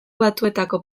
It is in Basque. batuetako